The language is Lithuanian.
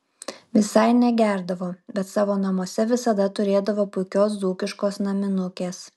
visai negerdavo bet savo namuose visada turėdavo puikios dzūkiškos naminukės